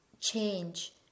change